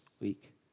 week